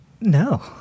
No